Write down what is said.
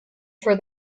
for